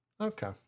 Okay